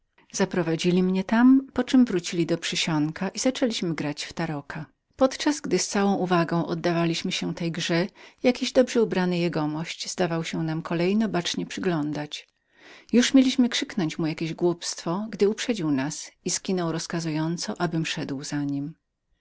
zaprowadzili mnie tam po czem wrócili do przysionku i zaczęli grać w chapankę podczas gdy z całą uwagą oddawaliśmy się tej zabawce jakiś dobrze ubrany jegomość zdawał się nam kolejno bacznie przyglądać już mieliśmy krzyknąć mu jakieś głupstwo gdy uprzedził nas i zawołał mnie rozkazując abym szedł za nim